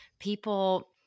People